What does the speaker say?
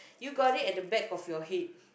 you got it at the back of your head